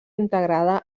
integrada